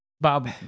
Bob